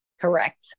Correct